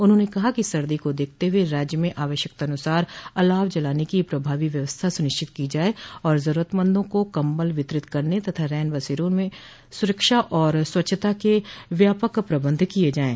उन्होंने कहा कि सर्दी को देखते हुए राज्य में आवश्यकतानुसार अलाव जलाने की प्रभावी व्यवस्था सुनिश्चित की जाये और जरूरतमंदों को कम्बल वितरित करने तथा रैन बसेरों में सुरक्षा और स्वच्छता के व्यापक प्रबंध किये जाये